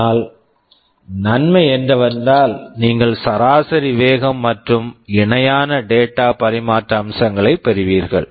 ஆனால் நன்மை என்னவென்றால் நீங்கள் சராசரி வேகம் மற்றும் இணையான டேட்டா data பரிமாற்ற அம்சங்களைப் பெறுவீர்கள்